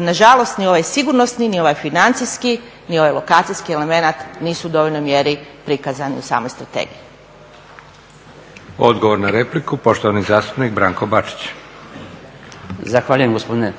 Nažalost, ni ovaj sigurnosni, ni ovaj financijski, ni ovaj lokacijski element nisu u dovoljnoj mjeri prikazani u samoj strategiji. **Leko, Josip (SDP)** Odgovor na repliku, poštovani zastupnik Branko Bačić. **Bačić, Branko (HDZ)** Zahvaljujem gospodine